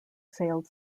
sailed